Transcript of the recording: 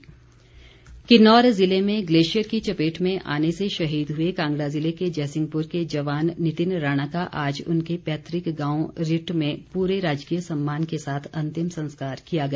शहीद किन्नौर ज़िले में ग्लेशियर की चपेट में आने से शहीद हुए कांगड़ा ज़िले के जयसिंहपुर के जवान नितिन राणा का आज उनके पैतृक गांव रिट में पूरे राजकीय सम्मान के साथ अंतिम संस्कार किया गया